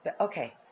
okay